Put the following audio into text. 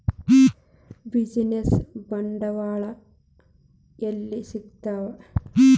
Business ಬಾಂಡ್ಗಳು ಯೆಲ್ಲಿ ಸಿಗ್ತಾವ?